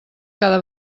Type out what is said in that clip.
cada